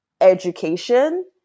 education